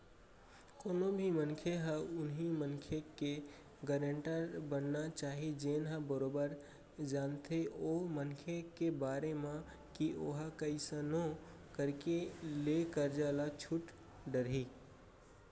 कोनो भी मनखे ह उहीं मनखे के गारेंटर बनना चाही जेन ह बरोबर जानथे ओ मनखे के बारे म के ओहा कइसनो करके ले करजा ल छूट डरही